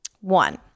one